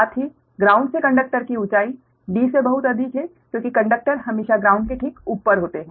साथ ही ग्राउंड से कंडक्टर की ऊंचाई D से बहुत अधिक है क्योंकि कंडक्टर हमेशा ग्राउंड के ठीक ऊपर होते हैं